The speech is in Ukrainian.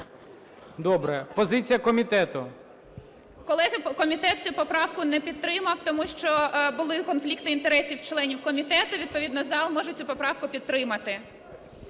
КРАСНОСІЛЬСЬКА А.О. Колеги, комітет цю поправку не підтримав, тому що були конфлікти інтересів членів комітету. Відповідно зал може цю поправку підтримати.